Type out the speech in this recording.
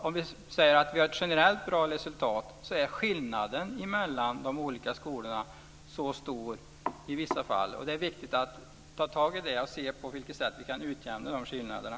Om vi säger att vi har ett bra resultat generellt så är skillnaden mellan de olika skolorna stor i vissa fall. Det är viktigt att ta tag i det och se på vilket sätt vi kan utjämna skillnaderna.